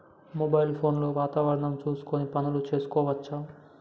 Mobile phone లో వాతావరణం చూసుకొని పనులు చేసుకోవచ్చా?